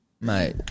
Mate